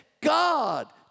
God